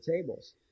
tables